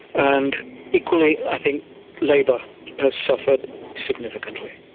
and equally i think labour has suffered significantly.